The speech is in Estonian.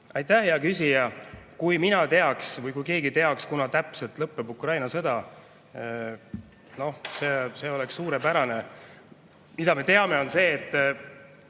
Aitäh, hea küsija! Kui mina teaks või kui keegi teaks, kunas täpselt lõpeb Ukraina sõda, siis see oleks suurepärane. Mida me teame, on see, et